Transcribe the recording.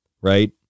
right